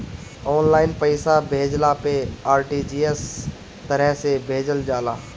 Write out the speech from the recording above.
online पईसा भेजला पअ आर.टी.जी.एस तरह से भेजल जाला